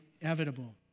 inevitable